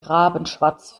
rabenschwarz